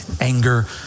anger